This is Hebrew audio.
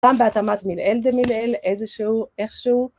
גם בהתאמת מילעיל דמלעיל, איזשהו, איכשהו.